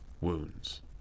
wounds